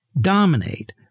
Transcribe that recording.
dominate